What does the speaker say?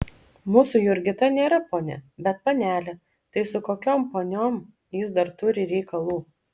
mūsų jurgita nėra ponia bet panelė tai su kokiom poniom jis dar turi reikalų